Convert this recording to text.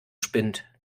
spinnt